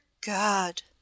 God